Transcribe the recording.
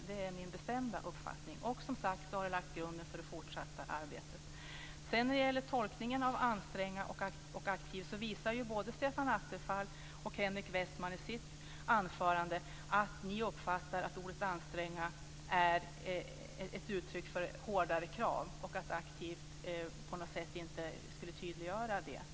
Det är min bestämda uppfattning. Det har lagt grunden för det fortsatta arbetet. När det gäller tolkningen av "anstränga sig" och "aktivt" visar både Stefan Attefall och Henrik Westman i sina anföranden att de uppfattar att ordet anstränga är ett uttryck för hårdare krav och att ordet aktivt på något sätt inte skulle tydliggöra det hela.